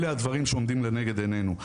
אלה הדברים שעומדים לנגד עינינו,